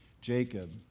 Jacob